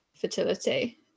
fertility